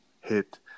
hit